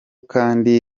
kandi